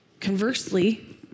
Conversely